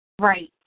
Right